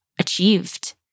achieved